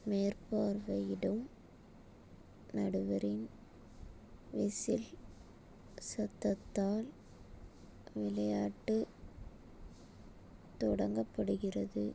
மேற்பார்வையிடும் நடுவரின் whistle சத்தத்தால் விளையாட்டு தொடங்கப்படுகிறது